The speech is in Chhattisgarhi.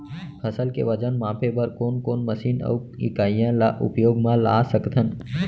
फसल के वजन मापे बर कोन कोन मशीन अऊ इकाइयां ला उपयोग मा ला सकथन?